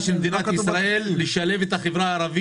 אבל --- ואומרים לך לא,